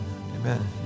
amen